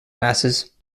masses